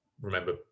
remember